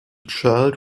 child